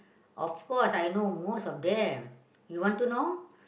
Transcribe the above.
of course I know most of them you want to know